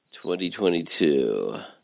2022